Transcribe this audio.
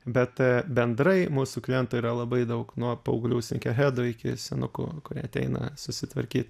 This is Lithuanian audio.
bet bendrai mūsų klientų yra labai daug nuo paauglių snykerhedų iki senukų kurie ateina susitvarkyt